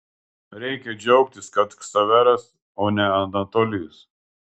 reikia džiaugtis kad ksaveras o ne anatolijus